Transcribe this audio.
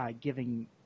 giving